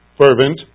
fervent